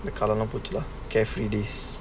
அந்தகாலம்லாம்போச்சு:antha kaalamlam pochu lah carefree days